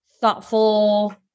thoughtful